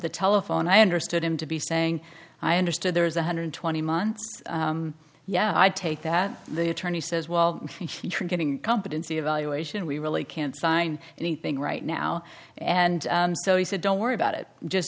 the telephone i understood him to be saying i understood there's one hundred and twenty months yeah i take that the attorney says well getting competency evaluation we really can't sign anything right now and so he said don't worry about it just